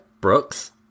Brooks